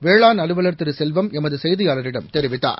வேளாண் அலுவலர் திரு செல்வம் எமது செய்தியாளரிடம் தெரிவித்தார்